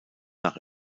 nach